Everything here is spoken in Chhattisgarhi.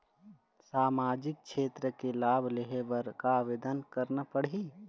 सामाजिक क्षेत्र के लाभ लेहे बर का आवेदन करना पड़ही?